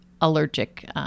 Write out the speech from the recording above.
allergic